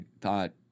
thought